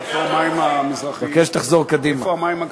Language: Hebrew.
אני מבקש שתחזור קדימה.